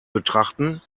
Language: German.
betrachten